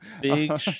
Big